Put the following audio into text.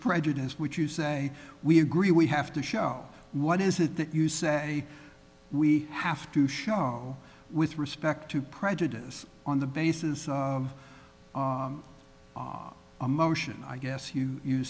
prejudice which you say we agree we have to show what is it that you say we have to show with respect to prejudice on the basis of emotion i guess you